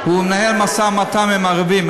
הוא מנהל משא-ומתן עם הערבים.